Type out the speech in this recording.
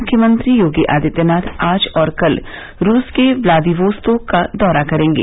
मुख्यमंत्री योगी आदित्यनाथ आज और कल रूस के व्लादिवोर्स्तोक का दौरा करेंगे